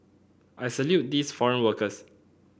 I salute these foreign workers